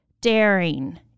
daring